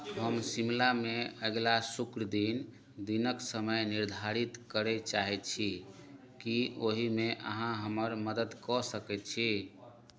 हम शिमलामे अगिला शुक्र दिन दिनके समय निर्धारित करै चाहै छी कि ओहिमे अहाँ हमर मदति कऽ सकै छी